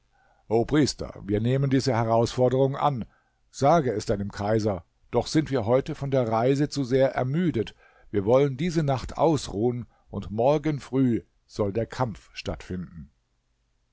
o priester wir nehmen diese herausforderung an sage es deinem kaiser doch sind wir heute von der reise zu sehr ermüdet wir wollen diese nacht ausruhen und morgen früh soll der kampf stattfinden